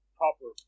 proper